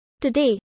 Today